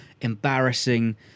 embarrassing